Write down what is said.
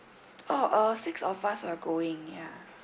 oh uh six of us are going ya